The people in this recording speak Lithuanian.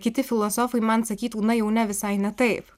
kiti filosofai man sakytų na jau ne visai ne taip